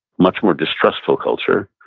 much more distrustful culture,